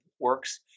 works